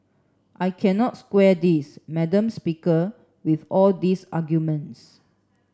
I cannot square this madam speaker with all these arguments